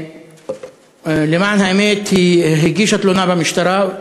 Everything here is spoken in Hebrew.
למען האמת, היא הגישה תלונה במשטרה,